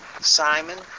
Simon